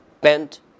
bent